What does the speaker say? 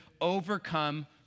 overcome